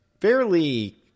fairly